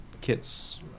kits